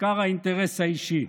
העיקר האינטרס האישי.